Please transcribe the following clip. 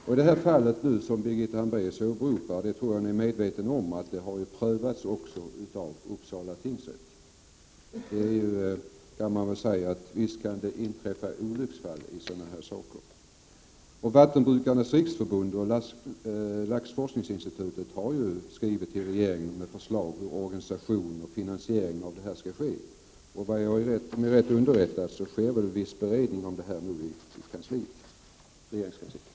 Jag tror att Birgitta Hambraeus är medveten om att det fall som hon åberopar har prövats även av Uppsala tingsrätt. Visst kan det inträffa olycksfall i sådana här sammanhang. Vattenbrukarnas riksförbund och laxforskningsinstitutet har ju skrivit till regeringen med förslag om organisation och finanätt underrättad sker nu viss bered siering av provtagningen. Och om ja ning av den här frågan i regeringskansliet.